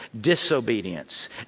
disobedience